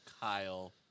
Kyle